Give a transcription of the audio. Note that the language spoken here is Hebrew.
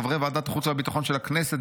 חברי ועדת החוץ והביטחון של הכנסת,